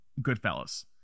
Goodfellas